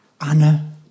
Anna